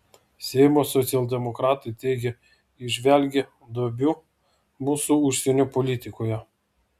seimo socialdemokratai teigia įžvelgią duobių mūsų užsienio politikoje